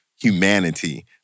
humanity